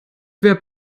wer